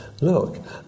look